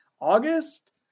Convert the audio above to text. August